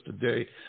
today